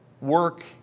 work